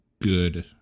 good